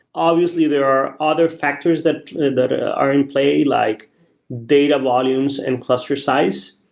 obviously, there are other factors that that are in play, like data volumes and cluster size.